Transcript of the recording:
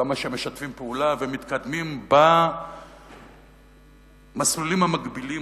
כמה שמשתפים פעולה ומתקדמים במסלולים המקבילים,